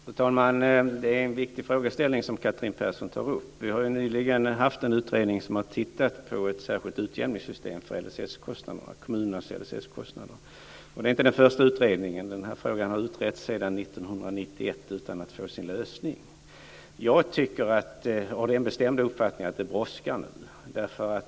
Fru talman! Det är en viktig frågeställning som Catherine Persson tar upp. Vi har nyligen haft en utredning som har tittat på ett särskilt utjämningssystem för kommunernas LSS-kostnader. Det är inte den första utredningen. Den här frågan har utretts sedan 1991 utan att få sin lösning. Jag har den bestämda uppfattningen att det nu brådskar.